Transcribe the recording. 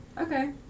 Okay